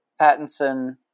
Pattinson